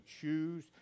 choose